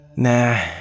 Nah